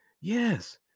Yes